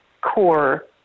core